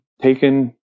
taken